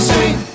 Sing